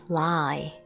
lie